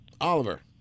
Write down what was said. Oliver